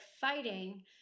fighting